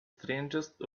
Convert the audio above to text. strangest